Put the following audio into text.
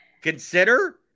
consider